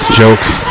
jokes